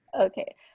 Okay